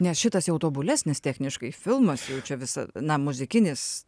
nes šitas jau tobulesnis techniškai filmas jau čia visa na muzikinis